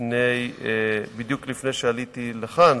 בדיוק לפני שעליתי לכאן,